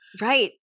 Right